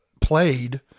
played